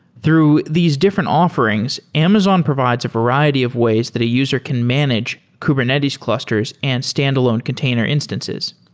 through these different offerings, amazon provides a variety of ways that a user can manage kubernetes clusters and standalone container instances.